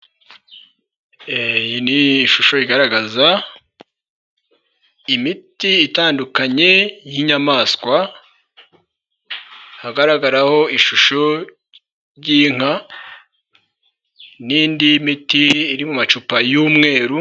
Iyi ni ishusho igaragaza imiti itandukanye y'inyamaswa, hagaragaraho ishusho y'inka, n'indi miti iri mu macupa y'umweru.